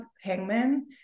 hangman